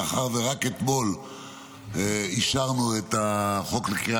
מאחר שרק אתמול אישרנו את החוק לקריאה